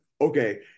okay